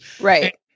Right